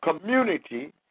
community